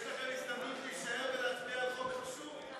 יש לכם הזדמנות להישאר ולהצביע על חוק חשוב.